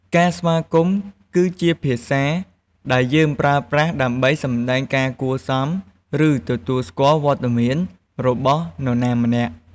ការស្វាគមន៍ គឺជាភាសាដែលយើងប្រើប្រាស់ដើម្បីសម្ដែងការគួរសម ឬ ទទួលស្គាល់វត្តមានរបស់នរណាម្នាក់។